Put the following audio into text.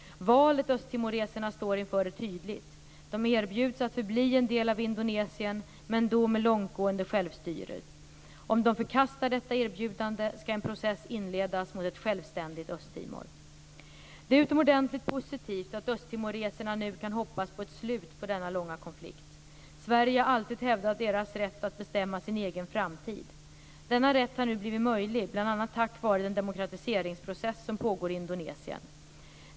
Valet östtimoreserna står inför är tydligt: De erbjuds att förbli en del av Indonesien, men då med långtgående självstyre. Om de förkastar detta erbjudande, skall en process inledas mot ett självständigt Östtimor. Det är utomordentligt positivt att östtimoreserna nu kan hoppas på ett slut på denna långa konflikt. Sverige har alltid hävdat deras rätt att bestämma sin egen framtid. Denna rätt har nu blivit möjlig bl.a. tack vare den demokratiseringsprocess som pågår i Indonesien.